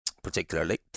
particularly